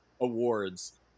awards